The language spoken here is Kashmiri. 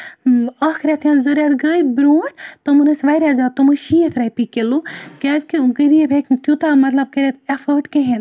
اَکھ رٮ۪تھ یا زٕ رٮ۪تھ گٔے برونٹھ تُمَن ٲسۍ واریاہ زیادٕ تِم ٲسۍ شیٖتھ رۄپہِ کِلو کیازِ کہِ غریب ہیٚکہِ نہِ تیوتاہ مطلب کٔرِتھ ایٚفوڑ کِہیٖنۍ